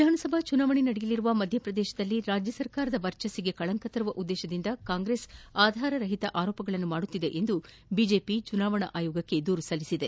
ವಿಧಾನಸಭಾ ಚುನಾವಣೆ ನಡೆಯಲಿರುವ ಮಧ್ಯಪ್ರದೇಶದಲ್ಲಿ ರಾಜ್ಯ ಸರ್ಕಾರದ ವರ್ಚಸ್ಸಿಗೆ ಕಳಂಕ ತರುವ ಉದ್ದೇಶದಿಂದ ಕಾಂಗ್ರೆಸ್ ಆಧಾರ ರಹಿತ ಆರೋಪಗಳನ್ನು ಮಾಡುತ್ತಿದೆ ಎಂದು ಬಿಜೆಪಿ ಚುನಾವಣಾ ಆಯೋಗಕ್ಕೆ ದೂರು ಸಲ್ಲಿಸಿದೆ